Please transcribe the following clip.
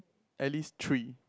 at least three